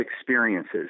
experiences